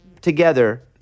together